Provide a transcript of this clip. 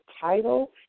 title